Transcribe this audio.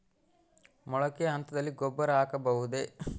ಮೊಳಕೆ ಹಂತದಲ್ಲಿ ಗೊಬ್ಬರ ಹಾಕಬಹುದೇ?